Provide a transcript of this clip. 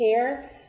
care